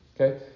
okay